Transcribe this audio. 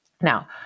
Now